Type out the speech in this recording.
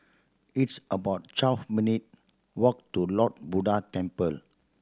it's about twelve minute walk to Lord Buddha Temple